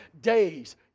days